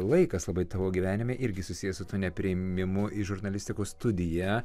laikas labai tavo gyvenime irgi susijęs su tuo nepriėmimu į žurnalistikos studiją